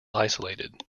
isolated